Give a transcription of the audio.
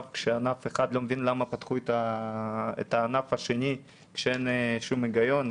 כשענף אחד לא מבין למה פתחו את הענף השני כשאין שום היגיון.